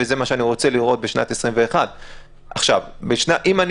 וזה מה שאני רוצה לראות בשנת 2021. אם אני